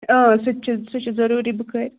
اۭں سُہ تہِ چھُ سُہ چھُ ضٔروٗری بُخٲرۍ